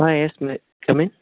ah yes come in